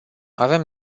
avem